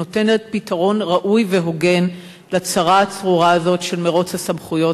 שנותנת פתרון ראוי והוגן לצרה הצרורה הזאת של מירוץ הסמכויות,